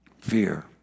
fear